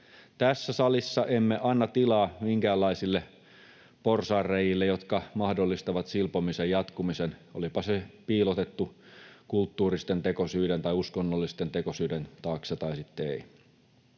Tässä salissa emme anna tilaa minkäänlaisille porsaanrei´ille, jotka mahdollistavat silpomisen jatkumisen, olipa se piilotettu kulttuuristen tekosyiden tai uskonnollisten tekosyiden taakse tai sitten ei.